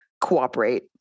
cooperate